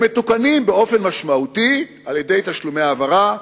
הם מתוקנים באופן משמעותי על-ידי תשלומי העברה,